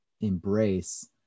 embrace